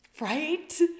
right